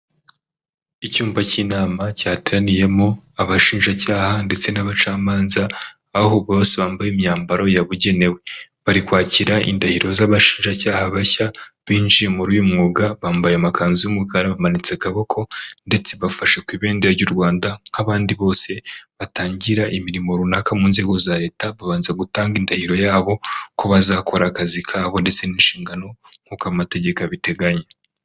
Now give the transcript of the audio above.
Icyumba cy'inama cyateraniyemo abashinjacyaha ndetse n'abacamanza aho bose bambaye imyambaro yabugenewe ,bari kwakira indahiro z'abashinjacyaha bashya binjiye muri uyu mwuga bambaye amakanzu y'umukara bamanitse akaboko ndetse bafashe ku ibendera ry'u Rwanda nk'abandi bose batangira imirimo runaka mu nzego za leta babanza gutanga indahiro yabo ko bazakora akazi kabo ndetse n'inshingano nk'uko amategeko abiteganya.